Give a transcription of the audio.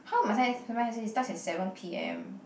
how must I it starts at seven p_m